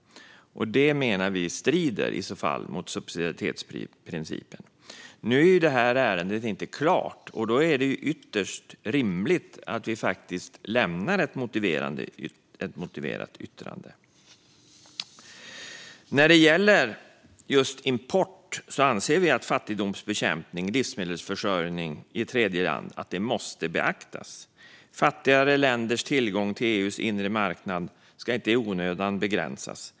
Det menar vi i så fall strider mot subsidiaritetsprincipen. Nu är ju det här ärendet inte klart, och därför är det ytterst rimligt att lämna ett motiverat yttrande. När det gäller just import anser vi att fattigdomsbekämpning och livsmedelsförsörjning i tredjeland måste beaktas. Fattigare länders tillgång till EU:s inre marknad ska inte i onödan begränsas.